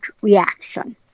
reaction